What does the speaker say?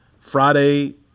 friday